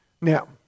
Now